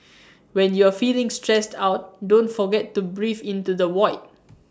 when you are feeling stressed out don't forget to breathe into the void